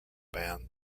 band